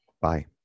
Bye